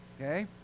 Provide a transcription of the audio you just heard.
Okay